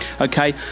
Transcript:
Okay